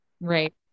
Right